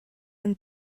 and